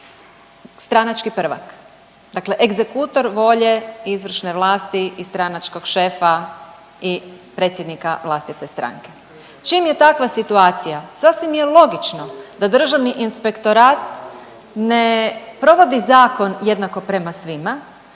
stranački prvak, dakle egzekutor volje izvršne vlasti i stranačkog šefa i predsjednika vlastite stranke. Čim je takva situacija sasvim je logično da Državni inspektorat ne provodi zakon jednako prema svima,